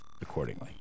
accordingly